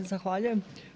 Zahvaljujem.